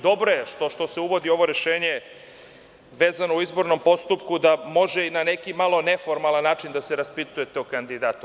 Dobro je što se uvodi ovo rešenje vezano u izbornom postupku da može i na neki malo neformalan način da se raspitujete o kandidatu.